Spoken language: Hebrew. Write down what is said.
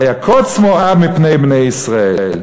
זה: "ויָקָץ מואב מפני בני ישראל".